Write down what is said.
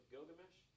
Gilgamesh